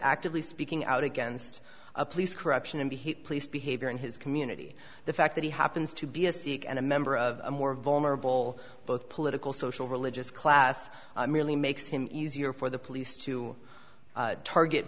actively speaking out against police corruption and to hate police behavior in his community the fact that he happens to be a sikh and a member of a more vulnerable both political social religious class merely makes him easier for the police to target